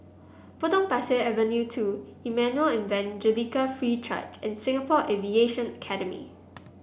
Potong Pasir Avenue two Emmanuel Evangelical Free Church and Singapore Aviation Academy